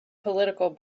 political